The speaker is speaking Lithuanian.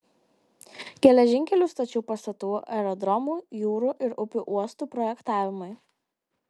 geležinkelių stočių pastatų aerodromų jūrų ir upių uostų projektavimui